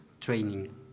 training